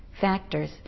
factors